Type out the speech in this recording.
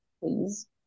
please